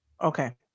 Okay